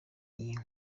iyi